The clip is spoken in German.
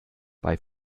bei